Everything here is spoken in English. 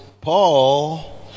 Paul